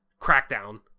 crackdown